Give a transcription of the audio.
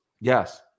Yes